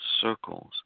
circles